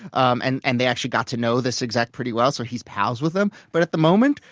um and and they actually got to know this exec pretty well so he's pals with them. but at the moment,